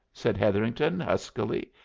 said hetherington, huskily,